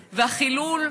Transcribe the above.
החילול,